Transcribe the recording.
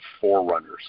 forerunners